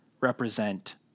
represent